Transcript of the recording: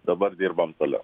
dabar dirbam toliau